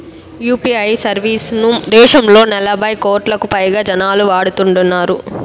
UPI service ను దేశంలో నలభై కోట్లకు పైగా జనాలు వాడుతున్నారు